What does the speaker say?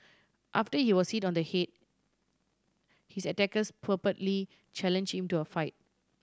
after he was hit on the head his attackers purportedly challenge him to a fight